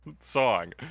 song